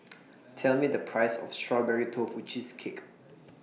Tell Me The Price of Strawberry Tofu Cheesecake